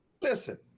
Listen